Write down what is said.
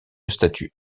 statut